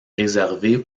réservé